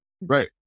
Right